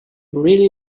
really